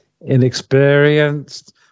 inexperienced